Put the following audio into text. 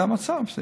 זה המצב,